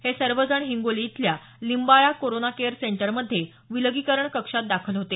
हे सर्व जण हिंगोली इथल्या लिंबाळा कोरोना केअर सेंटरमध्ये विलगीकरण कक्षात दाखल होते